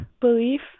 belief